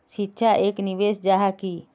शिक्षा एक निवेश जाहा की?